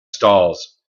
stalls